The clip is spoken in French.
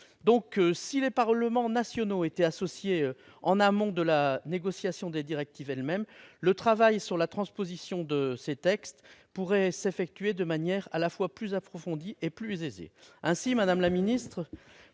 revanche, les Parlements nationaux étaient associés en amont de la négociation des directives elles-mêmes, le travail sur la transposition de ces textes pourrait s'effectuer de manière à la fois plus approfondie et plus apaisée. Ainsi, madame la secrétaire